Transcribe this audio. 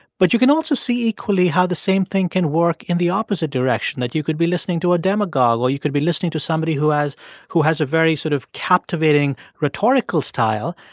but you can also see equally how the same thing can work in the opposite direction, that you could be listening to a demagogue or you could be listening to somebody who has who has a very sort of captivating rhetorical style.